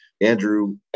Andrew